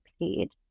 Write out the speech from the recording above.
paid